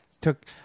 took